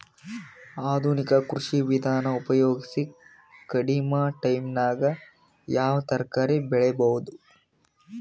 ಆಧುನಿಕ ಕೃಷಿ ವಿಧಾನ ಉಪಯೋಗಿಸಿ ಕಡಿಮ ಟೈಮನಾಗ ಯಾವ ತರಕಾರಿ ಬೆಳಿಬಹುದು?